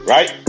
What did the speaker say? Right